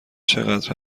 چقدر